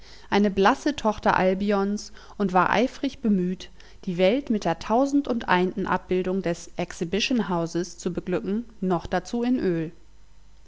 eine blasse tochter albions und war eifrig bemüht die welt mit der tausendundeinten abbildung des exhibition houses zu beglücken noch dazu in öl